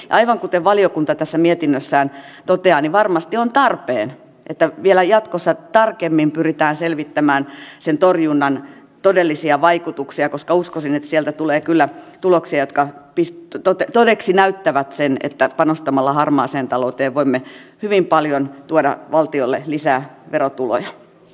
aivan kuten valiokunta tässä mietinnössään toteaa varmasti on tarpeen että vielä jatkossa tarkemmin pyritään selvittämään sen torjunnan todellisia vaikutuksia koska uskoisin että sieltä tulee kyllä tuloksia jotka näyttävät todeksi sen että panostamalla harmaaseen talouteen voimme hyvin paljon tuoda valtiolle lisää verotuloja